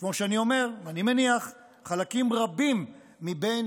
וכמו שאני אומר, אני מניח, חלקים רבים מבין